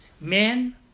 men